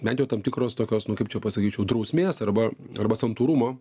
bent jau tam tikros tokios nu kaip čia pasakyčiau drausmės arba arba santūrumo